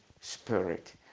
spirit